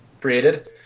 created